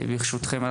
ברשותכם,